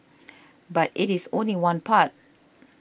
but it is only one part